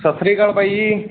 ਸਤਿ ਸ਼੍ਰੀ ਅਕਾਲ ਬਾਈ ਜੀ